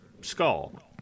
skull